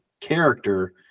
character